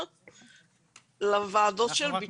שימו לב